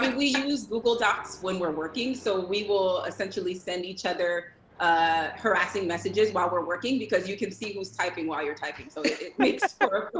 but we use google docs when we're working, so we will essentially send each other ah harassing messages while we're working, because you can see who's typing while you're typing. so it makes for